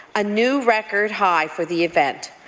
a new record high for the event.